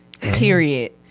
Period